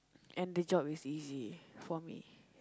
and the job is easy for me